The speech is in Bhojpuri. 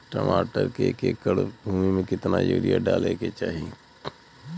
टमाटर के एक एकड़ भूमि मे कितना यूरिया डाले के चाही?